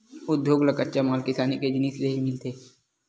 उद्योग ल कच्चा माल किसानी के जिनिस ले ही मिलथे